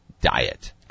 diet